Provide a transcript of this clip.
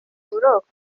buroko